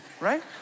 right